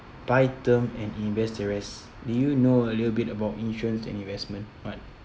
buy term and invest the rest do you know a little bit about insurance and investment mad